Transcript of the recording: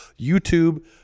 YouTube